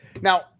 Now